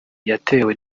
yatewe